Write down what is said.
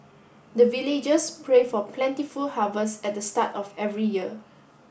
the villagers pray for plentiful harvest at the start of every year